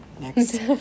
next